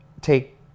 take